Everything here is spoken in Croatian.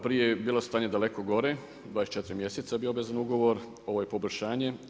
Prije je bilo stanje daleko gore, 24 mjeseca je bio obavezan ugovor, ovo je poboljšanje.